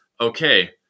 okay